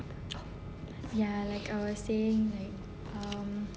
ya like I was saying um